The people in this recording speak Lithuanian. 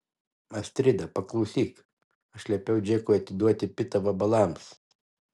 astrida paklausyk aš liepiau džekui atiduoti pitą vabalams